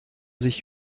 sich